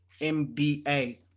MBA